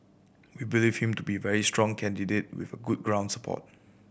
we believe him to be very strong candidate with good ground support